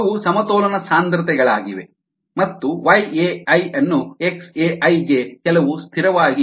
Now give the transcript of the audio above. ಅವು ಸಮತೋಲನ ಸಾಂದ್ರತೆಗಳಾಗಿವೆ ಮತ್ತು yAi ಅನ್ನು xAi ಗೆ ಕೆಲವು ಸ್ಥಿರವಾಗಿ ಬರೆಯಬಹುದು